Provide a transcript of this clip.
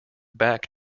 back